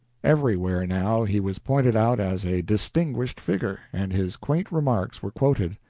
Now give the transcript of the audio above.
everywhere, now, he was pointed out as a distinguished figure, and his quaint remarks were quoted.